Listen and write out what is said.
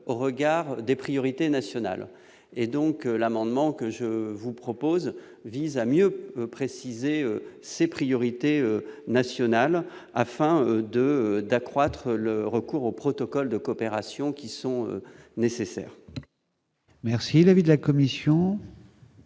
au regard des priorités nationales, et donc l'amendement que je vous propose, vise à mieux préciser ses priorités nationales afin de d'accroître le recours au protocole de coopération qui sont nécessaires. Merci l'avis de la commission.